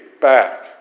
back